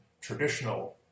traditional